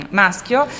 maschio